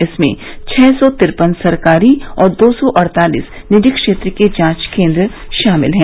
इसमें छः सौ तिरपन सरकारी और दो सौ अड़तालीस निजी क्षेत्र के जांच केन्द्र शामिल हैं